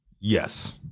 Yes